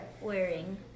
wearing